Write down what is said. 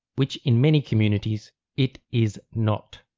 which in many communities it is not.